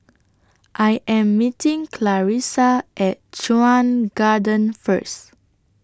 I Am meeting Clarissa At Chuan Garden First